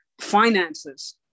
finances